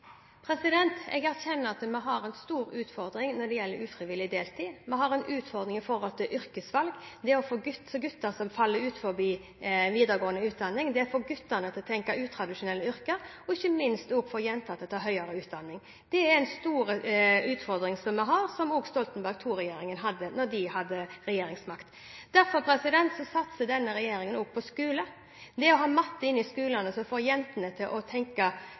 Jeg erkjenner at vi har en stor utfordring når det gjelder ufrivillig deltid. Vi har en utfordring når det gjelder yrkesvalg og gutter som faller ut av videregående utdanning. Det dreier seg om å få guttene til å tenke utradisjonelt med tanke på yrke, og ikke minst om å få jenter til å ta høyere utdanning. Det er en stor utfordring vi har, og som også Stoltenberg II-regjeringen hadde, da den satt med regjeringsmakt. Derfor satser denne regjeringen på skole. Å få jentene til å ta matematikk som valgfag og å